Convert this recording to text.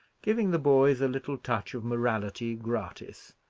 giving the boys a little touch of morality gratis,